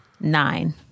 Nine